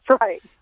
right